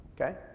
Okay